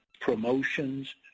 promotions